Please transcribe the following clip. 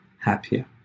happier